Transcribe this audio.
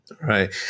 Right